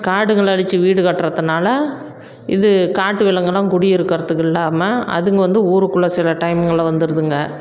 காடுகளை அழிச்சு வீடு கட்டுறதுனால இது காட்டு விலங்கெல்லாம் குடி இருக்கறதுக்கு இல்லாமல் அது வந்து ஊருக்குள்ளே சில டைம்ங்களில் வந்துருதுங்க